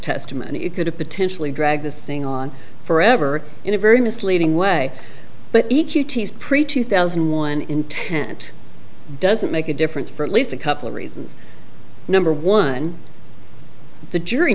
testimony it could have potentially drag this thing on forever in a very misleading way but each u t s preach to thousand one intent doesn't make a difference for at least a couple of reasons number one the jury